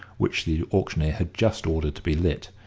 which the auctioneer had just ordered to be lit,